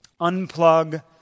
unplug